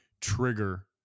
trigger